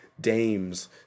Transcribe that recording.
dames